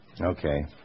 Okay